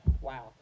wow